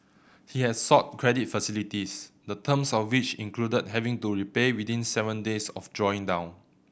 he had sought credit facilities the terms of which included having to repay within seven days of drawing down